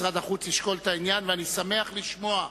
משרד החוץ ישקול את העניין, ואני שמח לשמוע,